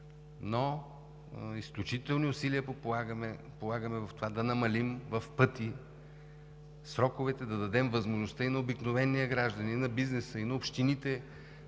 изключителни усилия в това да намалим в пъти сроковете, да дадем възможността и на обикновения гражданин, и на бизнеса, и на общините